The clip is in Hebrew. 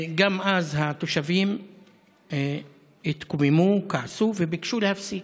גם אז התושבים התקוממו, כעסו וביקשו להפסיק.